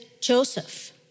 Joseph